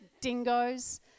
dingoes